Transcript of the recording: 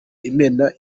imena